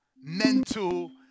mental